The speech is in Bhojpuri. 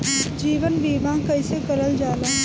जीवन बीमा कईसे करल जाला?